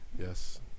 Yes